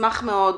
אשמח מאוד,